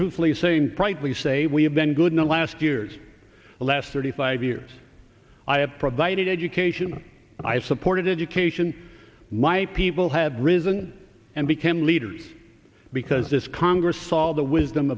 truthfully saying privately say we have been good in the last years last thirty five years i have provided education i have supported education my people have risen and became leaders because this congress all the wisdom